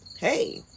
Hey